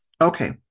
Okay